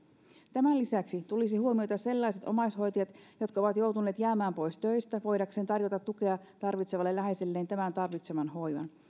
tämän lisäksi tulisi huomioida sellaiset omaishoitajat jotka ovat joutuneet jäämään pois töistä voidakseen tarjota tukea tarvitsevalle läheiselleen tämän tarvitseman hoivan